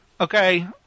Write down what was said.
okay